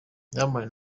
diamond